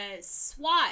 SWAT